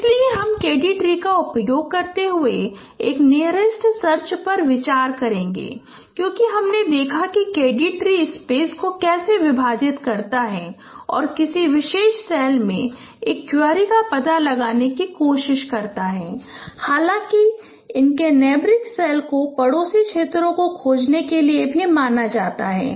इसलिए हम K D tree का उपयोग करते हुए एक नियरेस्ट सर्च पर विचार करेंगे क्योंकि हमने देखा है कि K D ट्री स्पेस को कैसे विभाजित करता है और किसी विशेष सेल में एक क्वेरी का पता लगाने की कोशिश करता है हालांकि इसके नेबरिंग सेल को पड़ोसी क्षेत्रों को खोजने के लिए भी माना जाता है